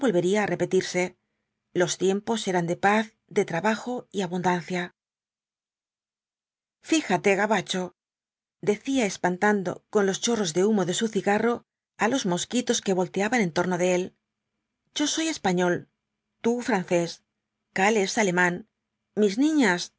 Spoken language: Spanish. volvería á repetirse los tiempos eran de paz de trabajo y abundancia fíjate gabacho decía espantando con los chorros de humo de su cigarro á los mosquitos que volteaban en torno de él yo soy español tú francés karl es alemán mis niñas